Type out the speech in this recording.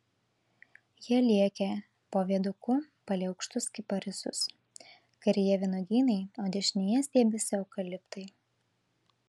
jie lėkė po viaduku palei aukštus kiparisus kairėje vynuogynai o dešinėje stiebėsi eukaliptai